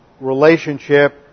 relationship